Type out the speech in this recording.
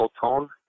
tone